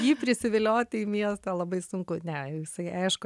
jį prisivilioti į miestą labai sunku ne jisai aišku